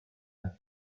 and